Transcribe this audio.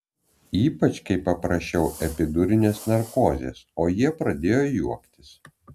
ypač kai paprašiau epidurinės narkozės o jie pradėjo juoktis